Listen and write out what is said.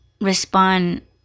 respond